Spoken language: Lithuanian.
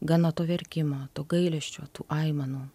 gana to verkimo to gailesčio tų aimanų